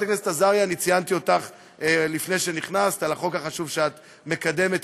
אני חושב שיש דבר בסיסי,